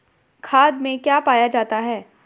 खाद में क्या पाया जाता है?